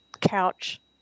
Couch